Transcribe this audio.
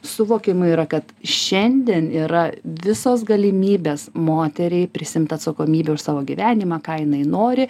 suvokiama yra kad šiandien yra visos galimybės moteriai prisiimt atsakomybę už savo gyvenimą ką jinai nori